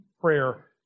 prayer